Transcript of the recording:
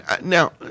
Now